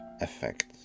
effect